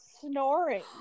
snoring